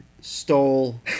stole